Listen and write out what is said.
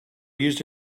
used